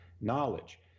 knowledge